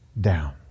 down